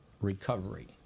recovery